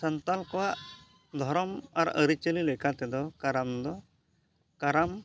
ᱥᱟᱱᱛᱟᱲ ᱠᱚᱣᱟᱜ ᱫᱷᱚᱨᱚᱢ ᱟᱨ ᱟᱹᱨᱤ ᱪᱟᱹᱞᱤ ᱞᱮᱠᱟ ᱛᱮᱫᱚ ᱠᱟᱨᱟᱢ ᱫᱚ ᱠᱟᱨᱟᱢ